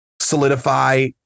solidify